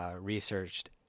researched